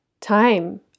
time